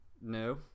no